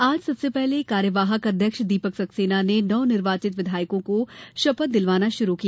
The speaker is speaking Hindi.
आज सबसे पहले कार्यवाहक अध्यक्ष दीपक सक्सेना ने नवनिर्वाचित विधायकों को शपथ दिलवाना शुरू किया